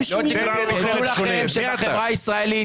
הם ------ תדעו לכם שבחברה הישראלית